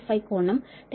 135 కోణం 10